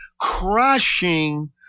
crushing